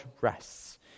rests